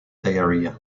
diarrhea